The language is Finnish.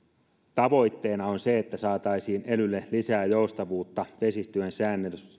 tavoitteena on se että saataisiin elylle lisää joustavuutta vesistöjen sääntelyyn